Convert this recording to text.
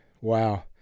wow